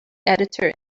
editor